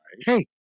hey